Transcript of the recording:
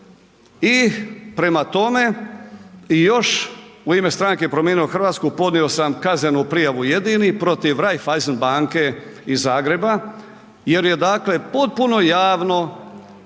i prema tome i još u ime Stranke Promijenimo Hrvatsku podnio sam kaznenu prijavu jedini protiv Raiffeisenbanke iz Zagreba jer je dakle potpuno javno,